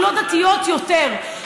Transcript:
אם לא דתיות יותר.